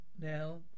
now